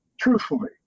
truthfully